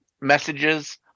messages